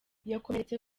yakomeretse